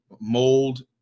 mold